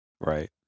Right